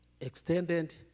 extended